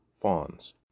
fawns